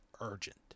urgent